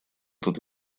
тут